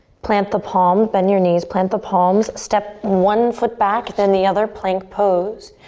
plant the palm. bend your knees, plant the palms, step one foot back, then the other, plank pose.